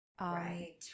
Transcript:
Right